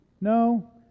No